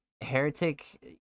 Heretic